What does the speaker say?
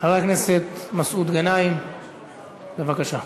חבר הכנסת מסעוד גנאים, בבקשה.